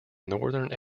northern